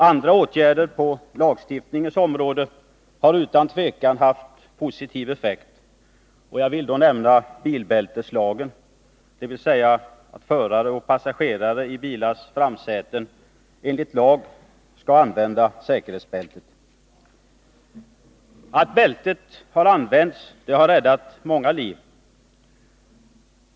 Också åtgärder på lagstiftningens område har utan tvivel haft positiv effekt. Jag vill då nämna bilbälteslagen, dvs. lagen om att förare och passagerare i bilars framsäten skall använda säkerhetsbälte. Tack vare bältet har många liv räddats.